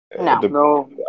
No